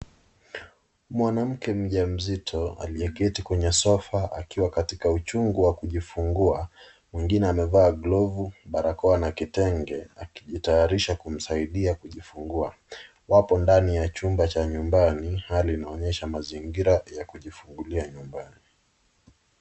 Mwanamke mjamzito aliyeketi kwenye sofa akiwa katika uchungu wa kujifungua. Mwingine amevaa glovu, barakoa na kitenge akijitayarisha kumsaidia kujifungua. Wapo ndani ya chumba cha nyumbani. Hali inaonyesha mazingira ya kujifungulia nyumbani.